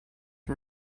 who